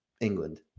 England